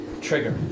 trigger